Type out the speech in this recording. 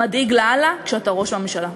מדאיג לאללה כשאתה ראש הממשלה.